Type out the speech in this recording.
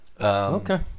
okay